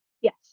Yes